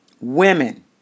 women